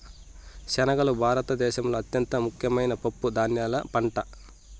శనగలు భారత దేశంలో అత్యంత ముఖ్యమైన పప్పు ధాన్యాల పంట